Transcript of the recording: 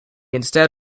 instead